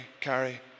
carry